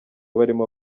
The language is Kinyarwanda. barimo